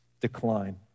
decline